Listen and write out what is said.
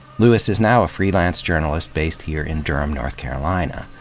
lewis is now a freelance journalist based here in durham, north carolina.